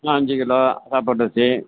அஞ்சு கிலோ சாப்பாட்டு அரிசி